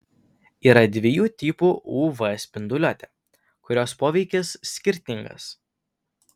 yra dviejų tipų uv spinduliuotė kurios poveikis skirtingas